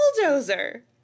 bulldozer